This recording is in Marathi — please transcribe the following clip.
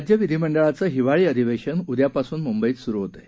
राज्य विधीमंडळाचं हिवाळी अधिवेशन उद्यापासून मुंबईत सुरू होत आहे